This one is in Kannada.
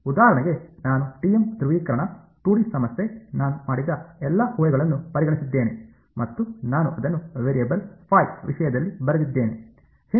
ಉದಾಹರಣೆಗೆ ನಾನು ಟಿಎಂ ಧ್ರುವೀಕರಣ 2ಡಿ ಸಮಸ್ಯೆ ನಾನು ಮಾಡಿದ ಎಲ್ಲ ಊಹೆಗಳನ್ನು ಪರಿಗಣಿಸಿದ್ದೇನೆ ಮತ್ತು ನಾನು ಅದನ್ನು ವೇರಿಯೇಬಲ್ ವಿಷಯದಲ್ಲಿ ಬರೆದಿದ್ದೇನೆ